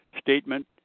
statement